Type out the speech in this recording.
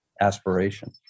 aspiration